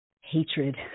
hatred